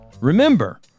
remember